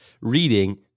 reading